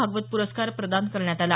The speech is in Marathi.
भागवत प्रस्कार प्रदान करण्यात आला